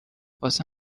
واسه